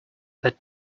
that